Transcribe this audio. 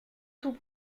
tout